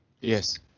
Yes